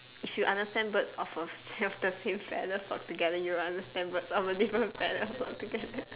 if you understand birds of have the same feather flock together you will understand birds of the different feather flock together